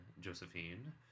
Josephine